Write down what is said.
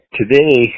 today